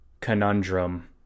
conundrum